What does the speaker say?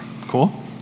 Cool